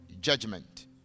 Judgment